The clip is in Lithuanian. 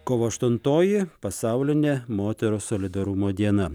kovo aštuntoji pasaulinė moterų solidarumo diena